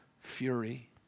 fury